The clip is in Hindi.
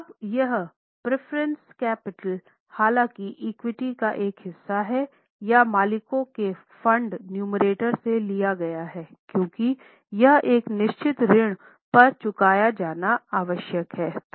अब यहां परेफरेंस कैपिटल हालांकि इक्विटी का एक हिस्सा है या मालिकों के फंड नुमेरटर में लिया गया है क्योंकि यह एक निश्चित ऋण पर चुकाया जाना आवश्यक है